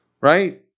right